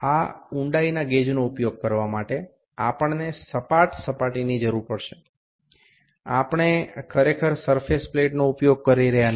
આ ઊંડાઈના ગેજનો ઉપયોગ કરવા માટે આપણને સપાટ સપાટીની જરૂર પડશે આપણે ખરેખર સરફેસ પ્લેટનો ઉપયોગ કરી રહ્યાં નથી